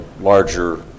larger